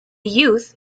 youth